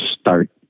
start